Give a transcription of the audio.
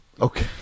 Okay